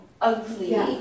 ugly